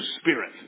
Spirit